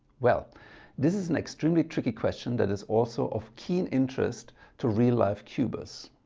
well this is an extremely tricky question that is also of keen interest to real-life cubers.